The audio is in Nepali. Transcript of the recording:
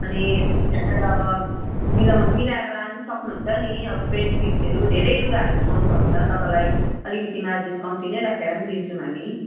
अनि तपाईँले आएर अब मिलाऔँ मिलाएर लानु पनि सक्नुहुन्छ नि अब पेन्ट पिसहरू धेरै लुगाहरू उठाउनुभयो भने त तपाईँलाई अलिकति मार्जिन कम्ती नै राखेर पनि दिन्छौँ हामी